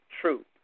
true